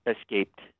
escaped